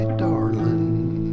darling